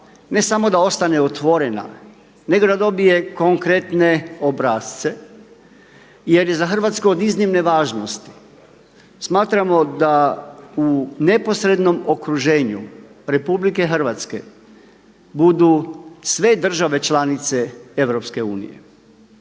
ne samo da ostane otvorena nego da dobije konkretne obrasce jer je za Hrvatsku od iznimne važnosti. Smatramo da u neposrednom okruženju RH budu sve države članice EU.